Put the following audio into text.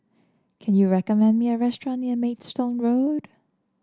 can you recommend me a restaurant near Maidstone Road